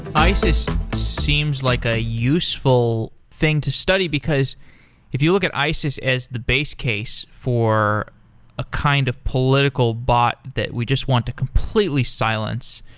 isis seems like a useful thing to study, because if you look at isis as the base case for a kind of political bot that we just want to completely silence,